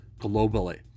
globally